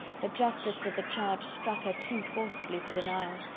the justice of the charge struck her too forcibly for denial,